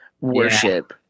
worship